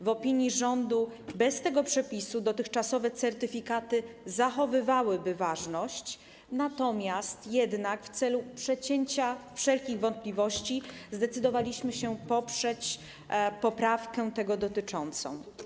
W opinii rządu bez tego przepisu dotychczasowe certyfikaty zachowywałyby ważność, jednak w celu przecięcia wszelkich wątpliwości zdecydowaliśmy się poprzeć poprawkę tego dotyczącą.